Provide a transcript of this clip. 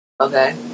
okay